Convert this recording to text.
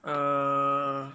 uh